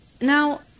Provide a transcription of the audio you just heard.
Now